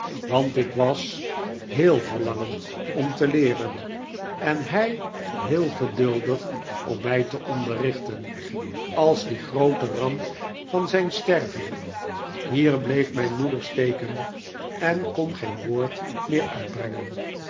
want ik was heel verlangend om te leeren en hij heel geduldig om mij te onderrichten als die groote ramp van zijn sterven hier bleef mijn moeder steken en kon geen woord meer uitbrengen